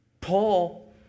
Paul